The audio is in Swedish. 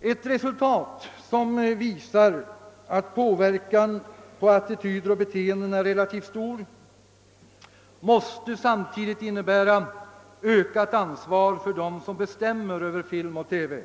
Ett resultat som visar att påverkan på attityder och beteenden är relativt stor måste samtidigt innebära ökat ansvar för dem som bestämmer över film och TV.